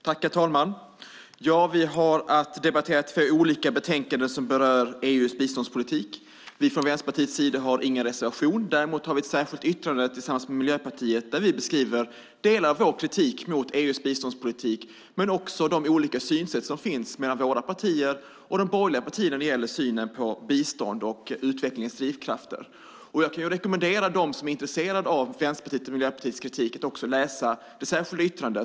Herr talman! Vi har att debattera två olika utlåtanden som berör EU:s biståndspolitik. Vi från Vänsterpartiets sida har ingen reservation. Däremot har vi ett särskilt yttrande tillsammans med Miljöpartiet där vi beskriver delar av vår kritik mot EU:s biståndspolitik men också de olika synsätt som finns hos våra partier och de borgerliga partierna när det gäller synen på bistånd och utvecklingens drivkrafter. Jag kan rekommendera dem som är intresserade av Vänsterpartiets och Miljöpartiets kritik att läsa det särskilda yttrandet.